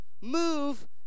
move